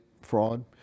fraud